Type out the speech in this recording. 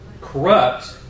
corrupt